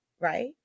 Right